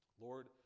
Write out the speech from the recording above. Lord